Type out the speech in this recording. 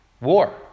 war